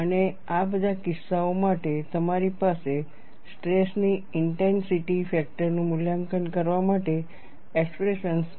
અને આ બધા કિસ્સાઓ માટે તમારી પાસે સ્ટ્રેસની ઇન્ટેન્સિટી ફેક્ટરનું મૂલ્યાંકન કરવા માટે એક્સપ્રેશન્સ છે